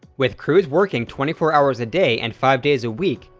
with crews working twenty four hours a day and five days a week,